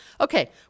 Okay